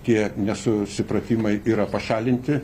tie nesusipratimai yra pašalinti